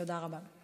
תודה רבה.